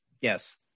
yes